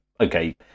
okay